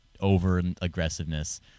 over-aggressiveness